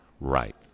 Right